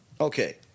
Okay